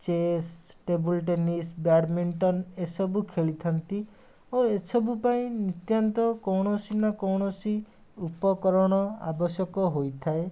chess table tennis badminton ଏସବୁ ଖେଳିଥାନ୍ତି ଓ ଏସବୁ ପାଇଁ ନିତ୍ୟାନ୍ତ କୌଣସି ନା କୌଣସି ଉପକରଣ ଆବଶ୍ୟକ ହୋଇଥାଏ